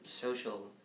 social